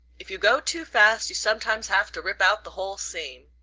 if you go too fast you sometimes have to rip out the whole seam.